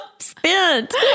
spent